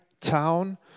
town